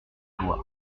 voir